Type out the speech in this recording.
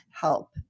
help